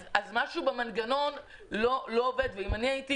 אז משהו במנגנון לא עובד, ואם היינו